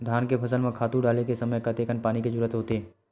धान के फसल म खातु डाले के समय कतेकन पानी के जरूरत होथे?